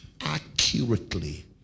accurately